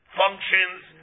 functions